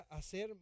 hacer